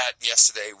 yesterday